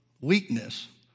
weakness